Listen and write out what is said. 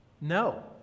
No